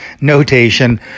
notation